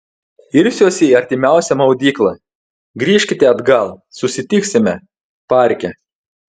irsiuosi į artimiausią maudyklą grįžkite atgal susitiksime parke